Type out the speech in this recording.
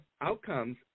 outcomes